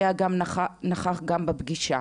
נכח גם הוא בפגישה?